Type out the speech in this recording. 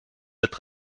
mit